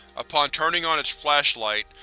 upon turning on its flashlight,